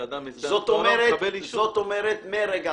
(היו"ר איתן כבל, 10:27) חברים, שנייה, עשו